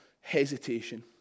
hesitation